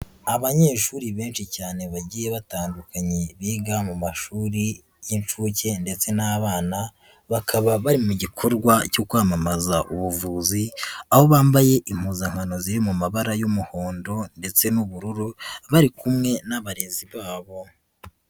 Abanyeshuri benshi cyane bagiye batandukanye, biga mu mashuri y'incuke ndetse n'abana, bakaba bari mu gikorwa cyo kwamamaza ubuvuzi ,aho bambaye impuzankano ziri mu mabara y'umuhondo ndetse n'ubururu ,bari kumwe n'abarezi babo.